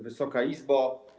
Wysoka Izbo!